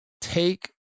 Take